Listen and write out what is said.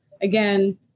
again